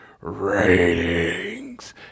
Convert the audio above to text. Ratings